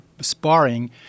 sparring